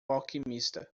alquimista